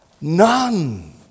None